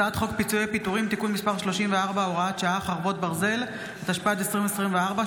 18 המשפחות היהודיות מגאורגיה, התשפ"ג 2023,